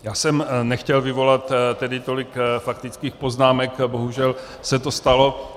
Já jsem nechtěl vyvolat tolik faktických poznámek, bohužel se to stalo.